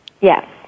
Yes